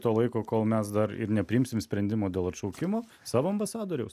to laiko kol mes dar ir nepriimsim sprendimo dėl atšaukimo savo ambasadoriaus